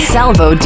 Salvo